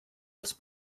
als